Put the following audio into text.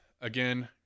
Again